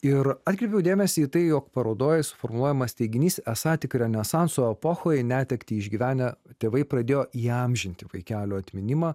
ir atkreipiau dėmesį į tai jog parodoje suformuojamas teiginys esą tik renesanso epochoje netektį išgyvenę tėvai pradėjo įamžinti vaikelio atminimą